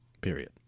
period